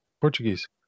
Portuguese